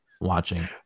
watching